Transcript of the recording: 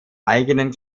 eigenen